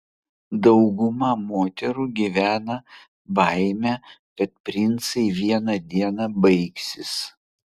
dauguma moterų gyvena baime kad princai vieną dieną baigsis